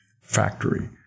factory